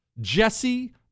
Jesse